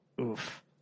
Oof